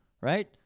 right